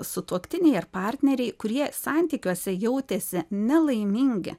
sutuoktiniai ar partneriai kurie santykiuose jautėsi nelaimingi